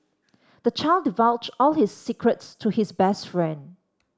the child divulged all his secrets to his best friend